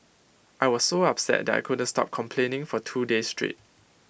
I was so upset that I couldn't stop complaining for two days straight